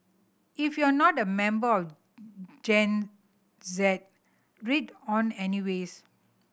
if you're not a member of Gen Z read on anyways